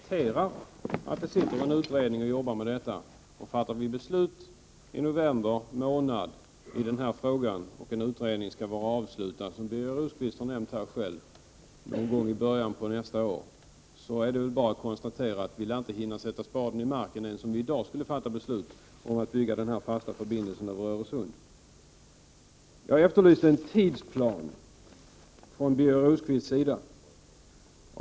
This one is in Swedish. Herr talman! Vi kommer inte med två förslag, men vi konstaterar att det sitter en utredning och arbetar med dessa frågor. Om vi fattar beslut i november månad och utredningen skall vara avslutad — som Birger Rosqvist själv har nämnt — någon gång i början på nästa år, är det bara att konstatera att vi inte lär hinna sätta spaden i marken, även om vi i dag skulle fatta beslut om att bygga en fast förbindelse över Öresund. Jag efterlyser en tidsplan från Birger Rosqvists sida.